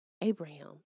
Abraham